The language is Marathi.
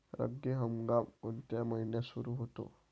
रब्बी हंगाम कोणत्या महिन्यात सुरु होतो?